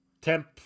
temp